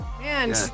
Man